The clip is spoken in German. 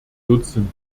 dutzend